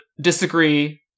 disagree